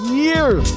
years